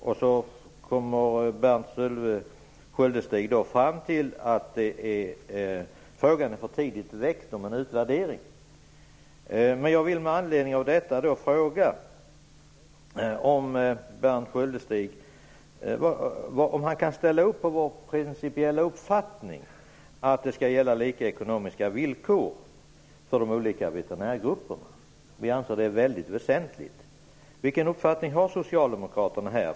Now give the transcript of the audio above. Sedan kommer Berndt Sköldestig fram till att frågan om en utvärdering är för tidigt väckt. Sköldestig kan ställa upp på vår principiella uppfattning att lika ekonomiska villkor skall gälla för de olika veterinärgrupperna. Vi anser att det är väldigt väsentligt. Vilken uppfattning har Socialdemokraterna här?